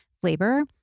flavor